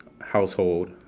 household